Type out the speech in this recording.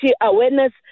awareness